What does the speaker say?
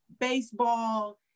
baseball